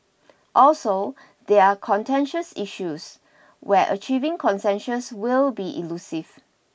also they are contentious issues where achieving consensus will be elusive